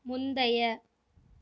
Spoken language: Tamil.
முந்தைய